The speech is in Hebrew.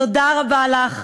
תודה רבה לך,